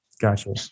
Gotcha